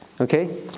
okay